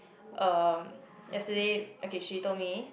uh yesterday okay she told me